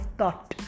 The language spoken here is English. thought